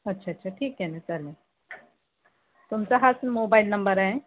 अच्छा अच्छा ठीक आहे ना चालेल तुमचा हाच मोबाईल नंबर आहे